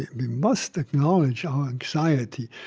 we must acknowledge our anxiety.